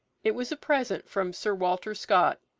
it was a present from sir walter scott.